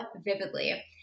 vividly